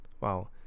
Wow